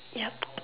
yup